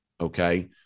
Okay